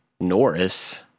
Norris